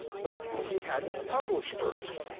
but he hadn't published first.